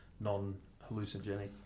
non-hallucinogenic